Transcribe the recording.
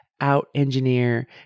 out-engineer